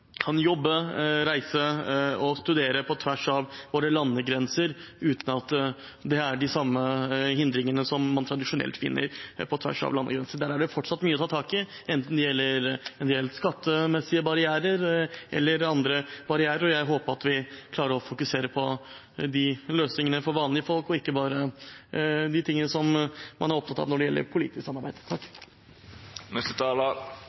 kan jobbe, reise og studere på tvers av våre landegrenser uten at det er de samme hindringene man tradisjonelt finner på tvers av landegrensene. Der er det fortsatt mye å ta tak i, enten det gjelder skattemessige barrierer eller andre barrierer. Jeg håper vi klarer å fokusere på de løsningene for vanlige folk, ikke bare de tingene man er opptatt av når det gjelder politisk samarbeid.